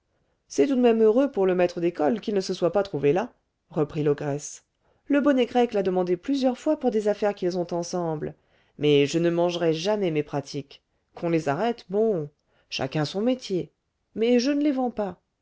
c'est tout de même heureux pour le maître d'école qu'il ne se soit pas trouvé là reprit l'ogresse le bonnet grec l'a demandé plusieurs fois pour des affaires qu'ils ont ensemble mais je ne mangerai jamais mes pratiques qu'on les arrête bon chacun son métier mais je ne les vends pas